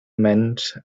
meant